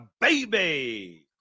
baby